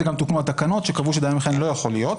גם תוקנו התקנות שקבעו שדיין מכהן לא יכול להיות.